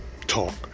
talk